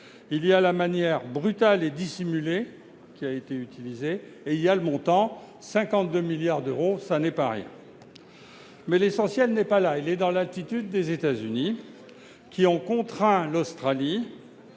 Il y a la manière brutale et la dissimulation, et il y a le montant- 52 milliards d'euros, ce n'est pas rien ! Mais l'essentiel n'est pas là. Il est dans l'attitude des États-Unis, qui ont contraint l'Australie,